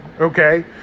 okay